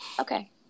Okay